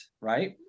right